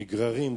נגררים,